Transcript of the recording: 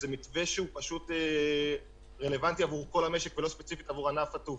זה מתווה שהוא רלוונטי עבור כל המשק ולא ספציפית עבור ענף התעופה.